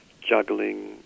juggling